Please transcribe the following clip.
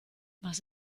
was